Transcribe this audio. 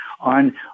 on